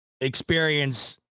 Experience